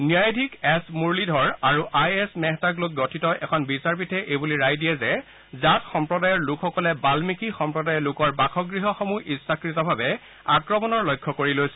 ন্যায়াধীশ এছ মুৰলীধৰ আৰু I S মেহতাক লৈ গঠিত এখন বিচাৰপীঠে এই বুলি ৰায় দিয়ে যে জাট সম্প্ৰদায়ৰ লোকসকলে বান্মিকী সম্প্ৰদায়ৰ লোকৰ বাসগৃহসমূহ ইচ্ছাকুভাবে আক্ৰমনৰ লক্ষ্য কৰি লৈছিল